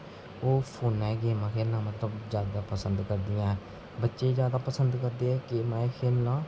ओह् फोने च गेमां खेढना मतलब जैदा पसंद करदे ना बच्चे जैदा पसंद करदे गेमां एह् खेढना